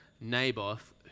Naboth